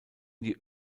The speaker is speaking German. die